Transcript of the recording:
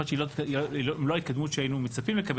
יכול להיות שהיא לא ההתקדמות שהיינו מצפים לקבל